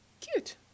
Cute